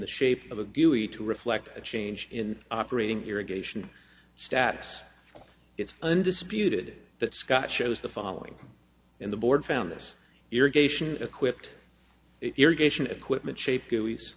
the shape of a beauty to reflect a change in operating irrigation status quo it's undisputed that scott shows the following in the board found this irrigation equipped irrigation equipment shape